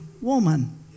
woman